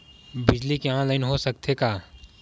बिजली के ऑनलाइन हो सकथे का?